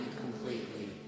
completely